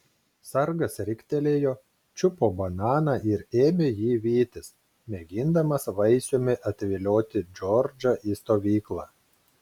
sargas riktelėjo čiupo bananą ir ėmė jį vytis mėgindamas vaisiumi atvilioti džordžą į stovyklą